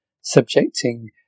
Subjecting